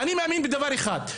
אני מאמין בדבר אחד,